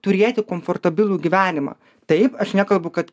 turėti komfortabilų gyvenimą taip aš nekalbu kad